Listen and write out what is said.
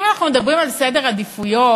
אם אנחנו מדברים על סדר עדיפויות,